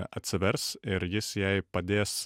atsivers ir jis jai padės